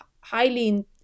highly